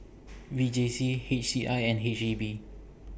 V J C H C I and H E B